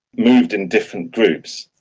moved in different groups.